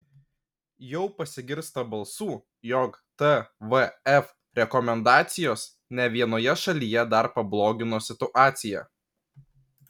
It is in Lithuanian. jau pasigirsta balsų jog tvf rekomendacijos ne vienoje šalyje dar pablogino situaciją